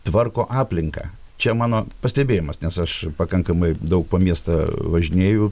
tvarko aplinką čia mano pastebėjimas nes aš pakankamai daug po miestą važinėju